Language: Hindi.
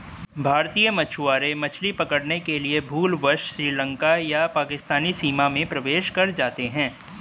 भारतीय मछुआरे मछली पकड़ने के लिए भूलवश श्रीलंका या पाकिस्तानी सीमा में प्रवेश कर जाते हैं